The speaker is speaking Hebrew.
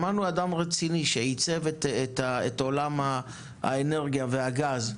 שמענו אדם רציני שעיצב את עולם האנרגיה והגז,